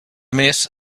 més